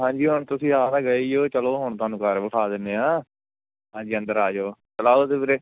ਹਾਂਜੀ ਹੁਣ ਤੁਸੀਂ ਆ ਤਾਂ ਗਏ ਹੀ ਹੋ ਚੱਲੋ ਹੁਣ ਤੁਹਾਨੂੰ ਘਰ ਵਿਖਾ ਦਿੰਦੇ ਹਾਂ ਹਾਂਜੀ ਅੰਦਰ ਆ ਜਾਓ ਚਲ ਆਓ ਤੇ ਵੀਰੇ